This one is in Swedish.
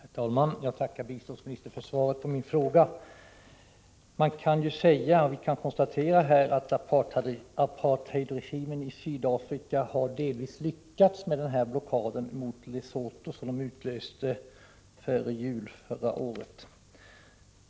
Herr talman! Jag tackar biståndsministern för svaret på min fråga. Vi kan konstatera att apartheidregimen i Sydafrika delvis har lyckats med den här blockaden mot Lesotho, som den utlyste före jul förra året.